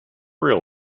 real